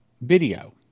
video